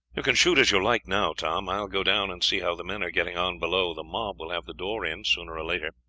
you can shoot as you like now, tom. i will go down and see how the men are getting on below the mob will have the door in sooner or later.